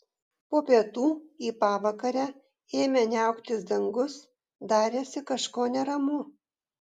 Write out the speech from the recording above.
po pietų į pavakarę ėmė niauktis dangus darėsi kažko neramu